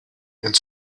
and